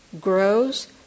grows